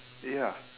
ya